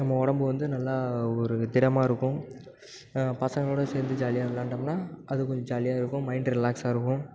நம்ம உடம்பு வந்து நல்லா ஒரு திடமாக இருக்கும் பசங்களோடு சேர்ந்து ஜாலியாக விளையாண்டோம்ன்னா அது கொஞ்சம் ஜாலியாக இருக்கும் மைண்டு ரிலாக்ஸாக இருக்கும்